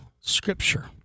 scripture